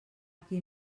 qui